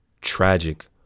tragic